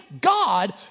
God